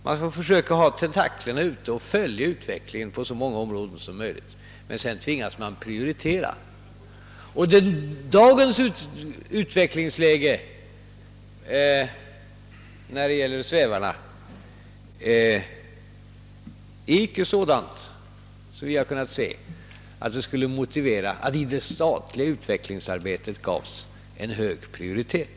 Man får försöka ha tentaklerna ute och följa utvecklingen på så många områden som möjligt, men sedan tvingas man prioritera. Dagens utvecklingsläge i fråga om svävarna är icke sådant, såvitt vi har kunnat se, att det skulle motivera att ett statligt utvecklingsarbete på området gavs en hög prioritet.